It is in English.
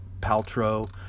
Paltrow